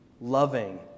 loving